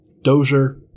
Dozier